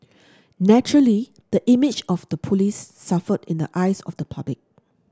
naturally the image of the police suffered in the eyes of the public